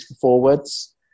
forwards